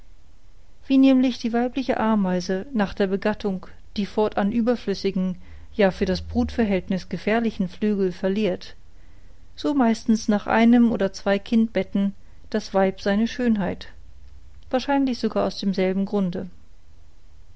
wie nämlich die weibliche ameise nach der begattung die fortan überflüssigen ja für das brutverhältniß gefährlichen flügel verliert so meistens nach einem oder zwei kindbetten das weib seine schönheit wahrscheinlich sogar aus dem selben grunde